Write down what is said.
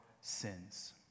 sins